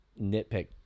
nitpick